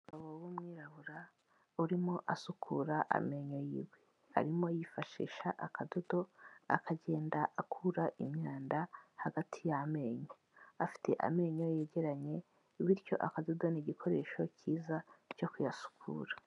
Umugabo w'umwirabura urimo asukura amenyo y'iwe, arimo yifashisha akadodo, akagenda akura imyanda hagati y'amenyo, afite amenyo yegeranye bityo akadodo ni igikoresho cyiza cyo kuyasukura.